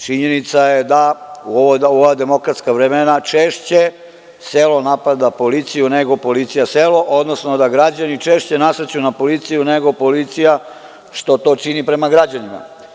Činjenica je da u ova demokratska vremena češće selo napada policiju nego policija selo, odnosno da građani češće nasrću na policijunego policija što to čini prema građanima.